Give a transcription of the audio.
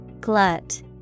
Glut